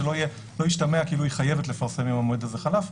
שלא ישתמע שהיא חייבת לפרסם אם המועד הזה חלף,